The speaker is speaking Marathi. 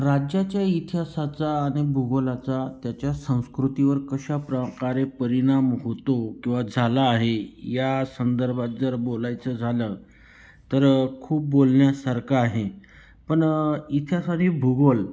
राज्याच्या इतिहासाचा आणि भूगोलाचा त्याच्या संस्कृतीवर कशा प्रकारे परिणाम होतो किंवा झाला आहे या संदर्भात जर बोलायचं झालं तर खूप बोलण्यासारखं आहे पण इतिहास आणि भूगोल